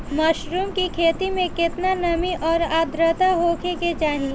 Mushroom की खेती में केतना नमी और आद्रता होखे के चाही?